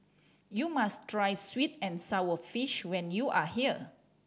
you must try sweet and sour fish when you are here